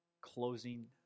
closing